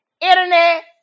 internet